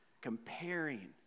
comparing